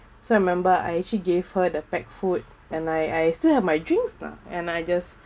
so I remember I actually gave her the pack food and I I still have my drinks lah and I just